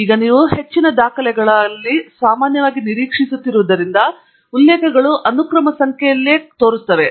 ಈಗ ನೀವು ಹೆಚ್ಚಿನ ದಾಖಲೆಗಳಲ್ಲಿ ಸಾಮಾನ್ಯವಾಗಿ ನಿರೀಕ್ಷಿಸುತ್ತಿರುವುದರಿಂದ ಉಲ್ಲೇಖಗಳು ಅನುಕ್ರಮ ಸಂಖ್ಯೆಯಲ್ಲಿ ಸಾಕಷ್ಟು ಚೆನ್ನಾಗಿವೆ ಎಂದು ನೋಡುತ್ತೀರಿ